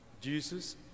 Jesus